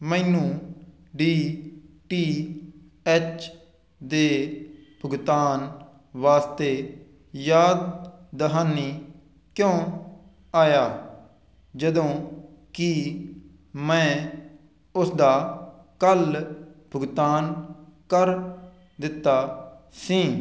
ਮੈਨੂੰ D T H ਦੇ ਭੁਗਤਾਨ ਵਾਸਤੇ ਯਾਦ ਦਹਾਨੀ ਕਿਉਂ ਆਇਆ ਜਦੋਂ ਕਿ ਮੈਂ ਉਸ ਦਾ ਕੱਲ ਭੁਗਤਾਨ ਕਰ ਦਿੱਤਾ ਸੀ